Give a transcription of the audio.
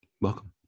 welcome